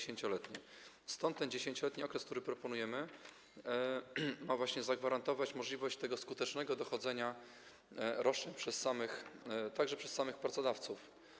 Stąd ten 10-letni okres, który proponujemy, ma właśnie zagwarantować możliwość skutecznego dochodzenia roszczeń także przez samych pracodawców.